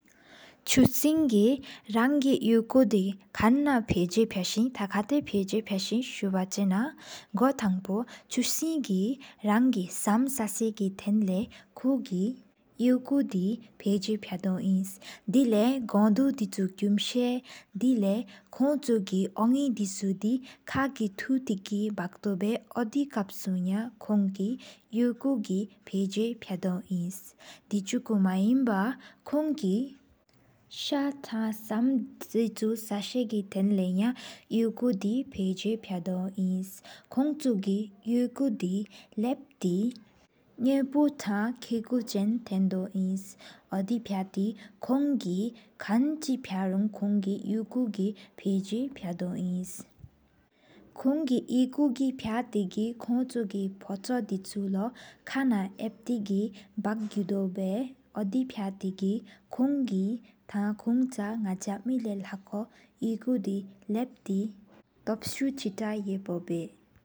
ཆུསིང་གི་རང་གི་འེ་སྐོད་དི་ཁན་ན། ཕེའེཟེ་ཕ་ཆེ་ཡ་ན་ཁ་ཏ་ཕ་སེ་སུབ་ཨ་ཆེ་ན། གོ་ཐང་པོ་ཆུསིང་གི་རང་གི་བསམ་སེ་གི། ཐང་ལས་ཁུ་གི་འེ་སྐོད་དི་ཕེའེཟེ་བེདོ་གིན། དེ་ལས་གོདུཀ་དི་དང་ དཀུང་ཤ་ལ། དེ་ལས་ཁོང་ཆུ་གི་ཨོན་ནི་དི་ཁུ་ཁག་ལས། ཐུག་ཏེ་བཀྲ་གྲོད་བའི་འོ་སྟད་དཀའ་བ་སེཁོང་གི། འེ་ཁོ་གི་ཕེའེ་བེདོ་གིན། དེ་ཆེ་བཀྱ་མ་ཧེན་བ་ཁོང་གི། ཤ་དང་བསམ་དི་ཀར་ས་ཤ་གི་ཐང་ལས་ཡ། འེ་སྐོད་དི་ཕེའེ་བསད་དོ། ཁོང་དང་་ཧ་སིའི་མ་གོམ་ཏང། ཁེ་ཆེབོ་དཻ་དལ་འོ་ཙམ། འོ་དེ་ཕ་ཏེ་ཁོང་གི་འཁལ་ཉིད་ཕ་རོ་ཁོོག་ཁེ། འེ་ཁོ་གི་ཕེའེ་བསད་དོ། ཁོ་རང་འེ་ཁོ་གི། ཕ་ཏེ་གི་ཁོང་གི་ཕོ་ཕོ་གི་སངས་ལོ་སྡོ་མཉེ་བསྟོར། བཀྲ་བཀྲ་གྲོད་བའི་འལ་རྐ་ཁོང་གི་བཀལ། ནག་ཅ་མ་ལས་བལ་བསྟན་ཨ་ཁོ་ཟད་ཀ་དང་། ལྷོ་ལྷོར་ཚེར་ཡི་ཧེལ་འབྲིད་བཀྱེ་བསྲོ།